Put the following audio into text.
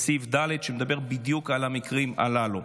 מדבר בדיוק על המקרים הללו.